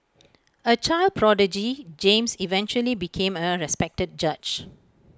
A child prodigy James eventually became A respected judge